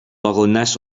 barones